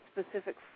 specific